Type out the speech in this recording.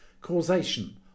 Causation